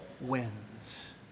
wins